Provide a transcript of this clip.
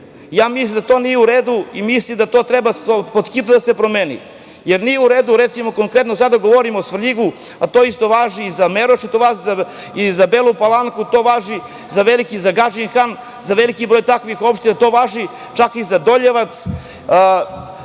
mislim da to nije u redu i mislim da to treba pothitno da se promeni, jer nije u redu, recimo, konkretno sada govorim o Svrljigu, a to isto važi i za Merošinu, to važi i za Belu Palanku, to važi i za Gadžin Han, za veliki broj takvih opština. To važi čak i za Doljevac,